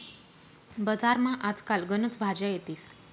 बजारमा आज काल गनच भाज्या येतीस